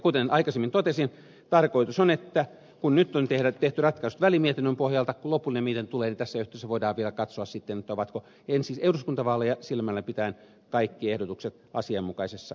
kuten aikaisemmin totesin tarkoitus on kun ratkaisut on nyt tehty välimietinnön pohjalta että siinä yhteydessä kun lopullinen mietintö tulee voidaan vielä katsoa sitten ovatko ensi eduskuntavaaleja silmälläpitäen kaikki ehdotukset asianmukaisessa kunnossa